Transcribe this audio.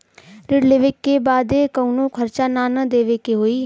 ऋण लेवे बदे कउनो खर्चा ना न देवे के होई?